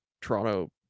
Toronto